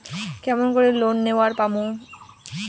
কেমন করি লোন নেওয়ার পামু?